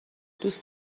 دوست